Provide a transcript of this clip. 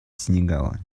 сенегала